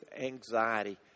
anxiety